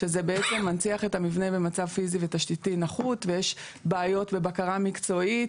שזה בעצם מנציח את המבנה במצב פיזי ותשתיתי נחות ויש בעיות בבקרה מקצועית